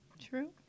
True